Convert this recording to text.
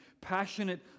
passionate